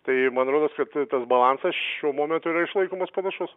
tai man rodos kad tas balansas šiuo momentu yra išlaikomas panašus